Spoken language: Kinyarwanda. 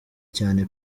cyane